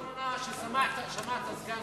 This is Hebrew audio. אבל תגיד לי רק מתי הפעם האחרונה ששמעת סגן שר,